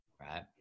right